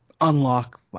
unlock